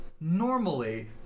normally